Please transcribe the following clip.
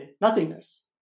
nothingness